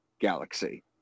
galaxy